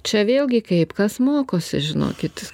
čia vėlgi kaip kas mokosi žinokit